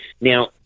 Now